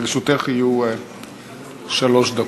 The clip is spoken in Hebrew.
לרשותך יהיו שלוש דקות.